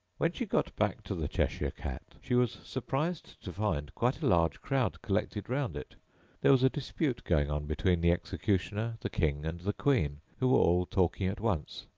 when she got back to the cheshire cat, she was surprised to find quite a large crowd collected round it there was a dispute going on between the executioner, the king, and the queen, who were all talking at once,